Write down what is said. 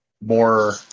more